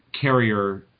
carrier